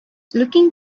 looking